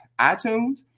itunes